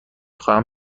خواهم